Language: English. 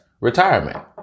retirement